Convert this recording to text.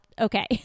okay